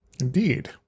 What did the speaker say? Indeed